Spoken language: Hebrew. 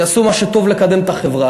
יעשו מה שטוב לקדם את החברה.